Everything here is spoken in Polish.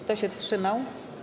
Kto się wstrzymał?